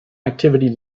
activity